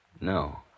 No